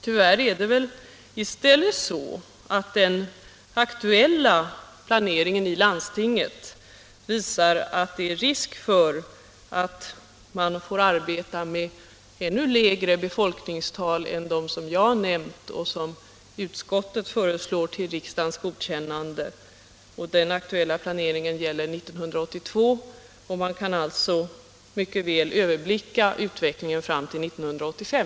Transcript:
Tyvärr visar väl den aktuella planeringen i Stockholms läns landsting att det är risk för att man får arbeta med ännu lägre befolkningstal än jag har nämnt att utskottet föreslår till riksdagens godkännande. Den aktuella planeringen gäller 1982, och man kan alltså mycket väl överblicka utvecklingen fram till 1985.